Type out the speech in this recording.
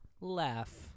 laugh